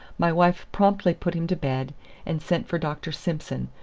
my wife promptly put him to bed and sent for dr. simson,